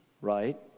right